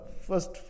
first